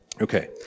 Okay